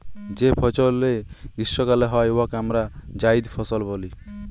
যে ফসলে গীষ্মকালে হ্যয় উয়াকে আমরা জাইদ ফসল ব্যলি